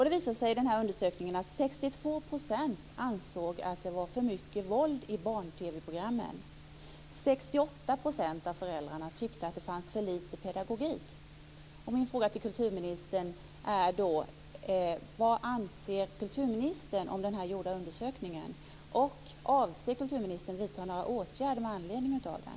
Det visade sig i den här undersökningen att Min fråga till kulturministern är då: Vad anser kulturministern om denna undersökning? Och avser kulturministern att vidta några åtgärder med anledning av den?